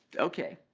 okay,